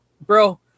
bro